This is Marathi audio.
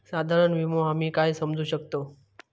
साधारण विमो आम्ही काय समजू शकतव?